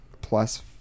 plus